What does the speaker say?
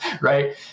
right